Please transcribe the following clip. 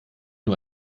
nur